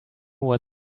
what